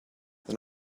then